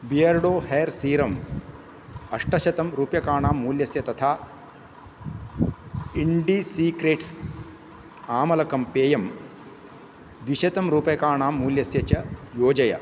Beardo hair serum अष्टशतं रूप्यकाणां मूल्यस्य तथा इण्डीसीक्रेट्स् आमलकं पेयम् द्विशतं रूप्यकाणां मूल्यस्य च योजय